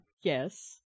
Yes